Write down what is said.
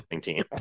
team